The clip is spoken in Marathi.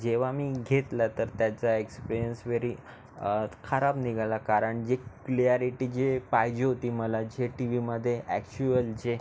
जेव्हा मी घेतलं तर त्याचा एक्सपेयन्स व्हेरी तर खराब निघाला कारण जी क्लिअॅरिटी जे पाहिजे होती मला जे टी वीमध्ये अॅक्च्युअल जे